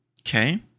Okay